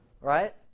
right